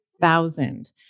thousand